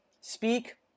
speak